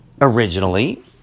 originally